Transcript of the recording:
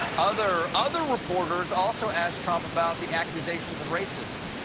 other other reporters also asked trump about the accusations of racism.